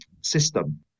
system